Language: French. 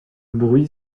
bruit